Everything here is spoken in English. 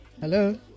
Hello